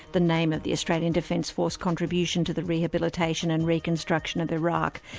the name of the australian defence force contribution to the rehabilitation and reconstruction of iraq.